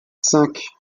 cinq